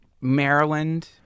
Maryland